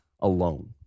alone